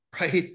right